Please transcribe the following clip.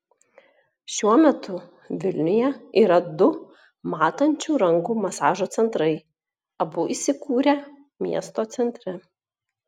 šiuo metu vilniuje yra du matančių rankų masažo centrai abu įsikūrę miesto centre